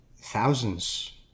thousands